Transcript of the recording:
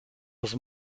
was